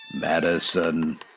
Madison